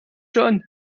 schon